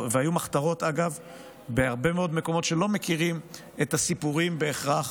היו מחתרות בהרבה מאוד מקומות שלא מכירים את הסיפורים בהכרח,